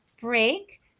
break